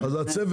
נשב